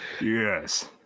yes